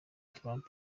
trump